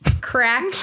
Crack